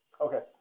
Okay